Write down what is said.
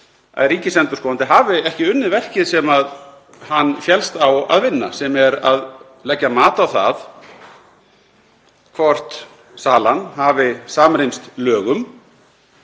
að ríkisendurskoðandi hafi ekki unnið verkið sem hann féllst á að vinna, sem er að leggja mat á hvort salan hafi samrýmst lögum.